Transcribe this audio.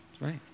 Right